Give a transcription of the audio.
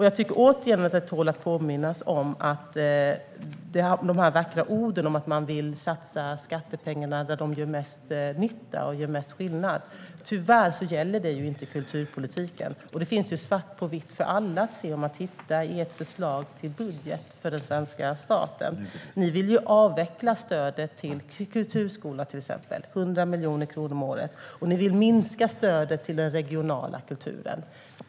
Jag tycker återigen att det är värt att påminna om att de vackra orden om att satsa skattepengarna där de gör mest nytta och mest skillnad tyvärr inte gäller kulturpolitiken. Om man tittar i ert förslag till budget för den svenska staten kan alla se i svart på vitt att ni vill avveckla stödet till exempelvis kulturskolan: 100 miljoner kronor om året. Och ni vill minska stödet till den regionala kulturen.